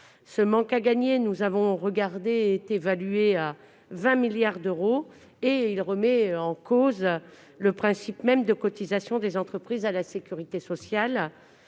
Ce manque à gagner, évalué à 20 milliards d'euros, remet en cause le principe même des cotisations des entreprises à la sécurité sociale.